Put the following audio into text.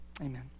Amen